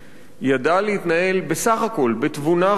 ידעה להתנהל בסך הכול בתבונה רבה,